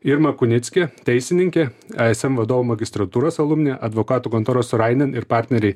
irma kunickė teisininkė ai es em vadovų magistratūros alumne advokatų kontoros surainin ir partneriai